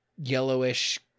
yellowish